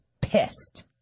pissed